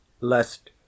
lest